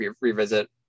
revisit